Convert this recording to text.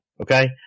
Okay